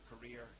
career